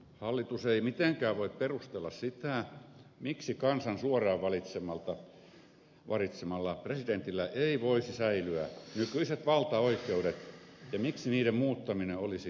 hallitus ei mitenkään voi perustella sitä miksi kansan suoraan valitsemalla presidentillä ei voisi säilyä nykyiset valtaoikeudet ja miksi niiden muuttaminen olisi tähdellistä